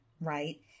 right